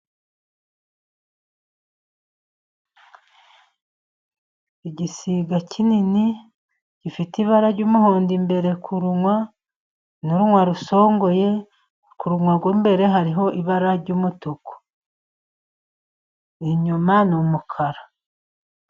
Igisiga kinini gifite ibara ry'umuhondo imbere kurunwa, n'urunwa rusongoye kurunwa imbere hariho ibara ry'umutuku inyuma n'umukara.